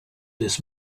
this